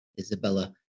Isabella